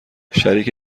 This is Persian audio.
شریک